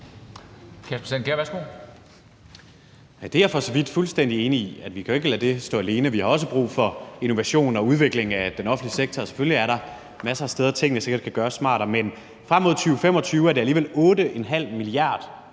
Kjær (S): Det er jeg for så vidt fuldstændig enig i: at vi jo ikke kan lade det stå alene. Vi har også brug for innovation og udvikling af den offentlige sektor, og selvfølgelig er der masser af steder, tingene sikkert kan gøres smartere. Men frem mod 2025 er det alligevel 8,5 mia.